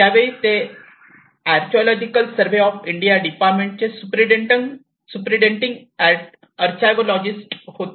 त्या वेळी ते अर्चाएवलॉजिकल सर्वे ऑफ इंडिया डिपार्टमेंटचे सुपरिन्टेंडिंग अर्चाएवलॉजिस्ट होते